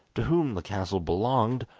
to whom the castle belonged,